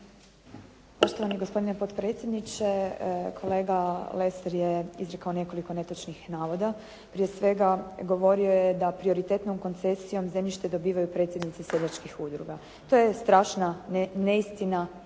Poštovani gospodine potpredsjedniče. Kolega Lesar je izrekao nekoliko netočnih navoda. Prije svega, govorio je da prioritetnom koncesijom zemljište dobivaju predsjednici seljačkih udruga. To je strašna neistina